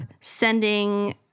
sending